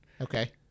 Okay